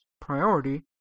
priority